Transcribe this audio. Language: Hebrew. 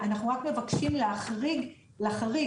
אנחנו רק מבקשים חריג לחריג,